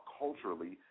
culturally